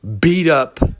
beat-up